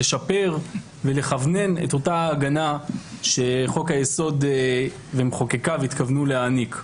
לשפר ולכוונן את אותה הגנה שחוק היסוד ומחוקקיו התכוונו להעניק.